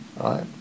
Right